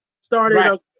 started